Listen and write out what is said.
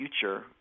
future